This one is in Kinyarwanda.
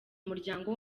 muryango